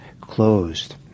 closed